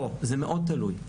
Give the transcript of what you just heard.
זה מאוד תלוי.